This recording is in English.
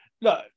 look